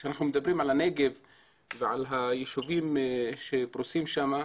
אנחנו מדברים על הנגב והישובים שפרושים שם,